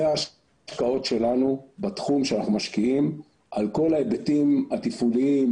זה ההשקעות שלנו בתחום שאנחנו משקיעים על כל ההיבטים התפעוליים,